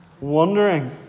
Wondering